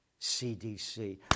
cdc